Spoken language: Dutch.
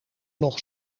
nog